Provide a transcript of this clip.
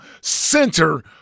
center